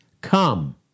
Come